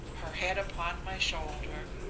her head upon my shoulder,